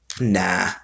nah